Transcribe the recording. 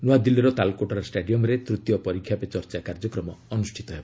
ନୂଆଦିଲ୍ଲୀର ତାଲକୋଟରା ଷ୍ଟାଡିୟମ୍ରେ ତୃତୀୟ ପରୀକ୍ଷା ପେ ଚର୍ଚ୍ଚା କାର୍ଯ୍ୟକ୍ରମ ଅନୁଷ୍ଠିତ ହେବ